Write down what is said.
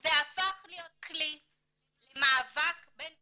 זה הפך להיות כלי למאבק בין,